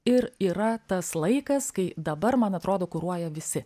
ir yra tas laikas kai dabar man atrodo kuruoja visi